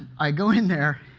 i go in there,